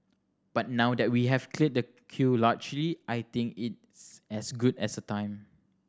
but now that we have cleared the queue largely I think it's as good as a time